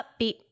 upbeat